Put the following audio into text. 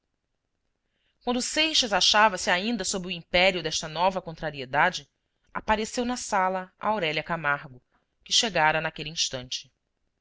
quando seixas achava-se ainda sob o império desta nova contrariedade apareceu na sala a aurélia camargo que chegara naquele instante